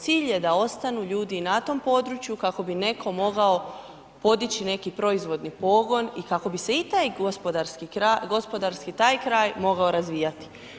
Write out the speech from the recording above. Cilj je da ostanu ljudi i na tom području kako bi netko mogao podići neki proizvodni pogon i kako bi se i taj gospodarski kraj, gospodarski taj kraj mogao razvijati.